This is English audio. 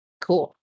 Cool